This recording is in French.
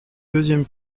deuxième